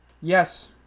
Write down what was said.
yes